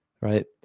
right